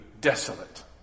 desolate